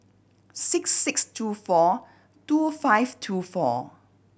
six six two four two five two four